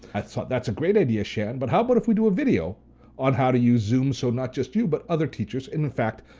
i thought that's a great idea shannon, but how about but if we do a video on how to use zoom so not just you but other teachers, and in fact,